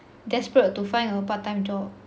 desperate to find a part time job